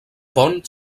pont